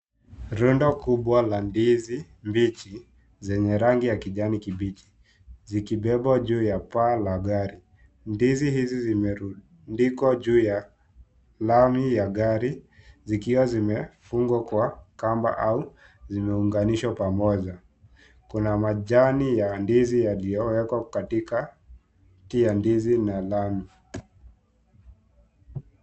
Rundo kubwa la ndizi mbichi, zenye rangi ya kijani kibichi, zikibebwa juu ya paa la gari. Ndizi hizi zimerundikwa juu ya lami ya gari, zikiwa zimefungwa kwa kamba au zimeunganishwa pamoja. Kuna majani ya ndizi yaliyowekwa katikati ya ndizi na lami.